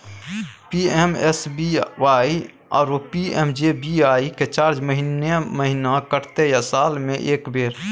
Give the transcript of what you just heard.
PMSBY आरो PMJBY के charge महीने महीना कटते या साल म एक बेर?